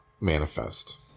manifest